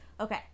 okay